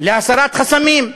להסרת חסמים,